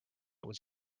was